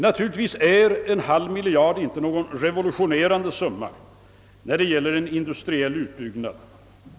Naturligtvis är en halv miljard inte någon revolutionerande summa när det gäller industriell utbyggnad.